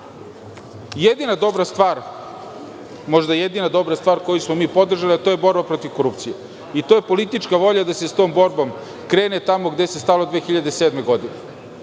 Jedina dobra stvar, možda jedina dobra stvar koju smo mi podržali je borba protiv korupcije. To je politička volja da se sa tom borbom krene tamo gde se stalo 2007. godine.